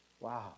Wow